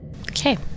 Okay